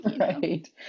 Right